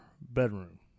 bedroom